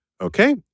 Okay